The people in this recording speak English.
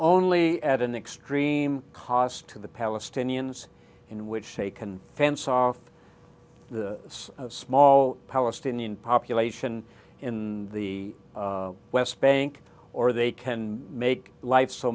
only at an extreme cost to the palestinians in which they can fence off the small palestinian population in the west bank or they can make life so